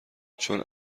چون